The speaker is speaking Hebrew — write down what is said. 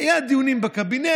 נותן להורים שלי, שגידלו אותי,